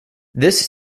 this